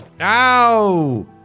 ow